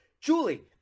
Julie